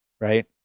right